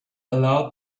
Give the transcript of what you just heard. aloud